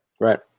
Right